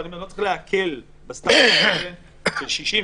ואם אני לא צריך להקל בסטנדרט הזה של 60,